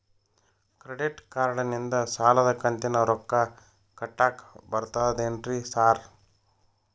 Credit ಕಾರ್ಡನಿಂದ ಸಾಲದ ಕಂತಿನ ರೊಕ್ಕಾ ಕಟ್ಟಾಕ್ ಬರ್ತಾದೇನ್ರಿ ಸಾರ್?